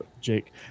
Jake